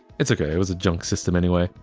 it's okay, it was a junk system anyway.